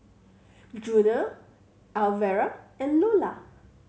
Junior Elvera and Lolla